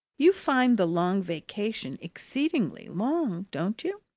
you find the long vacation exceedingly long, don't you?